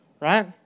right